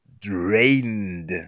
drained